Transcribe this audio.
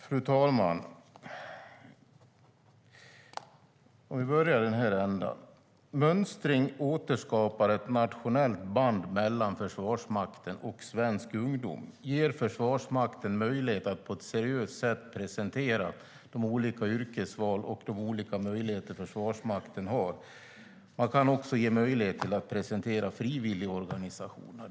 Fru talman! Vi börjar i den här ändan: Mönstring återskapar ett nationellt band mellan Försvarsmakten och svensk ungdom och ger Försvarsmakten möjlighet att på ett seriöst sätt presentera de olika yrkesval och de olika möjligheter Försvarsmakten har. Man kan också ge möjlighet att presentera frivilligorganisationer.